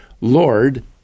Lord